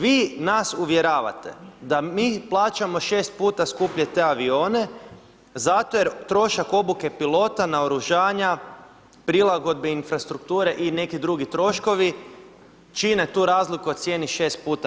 Vi nas uvjeravate da mi plaćamo 6 puta skuplje te avione zato jer trošak obuke pilota, naoružanja, prilagodbe infrastrukture i neki drugi troškovi čine tu razliku u cijeni 6 puta.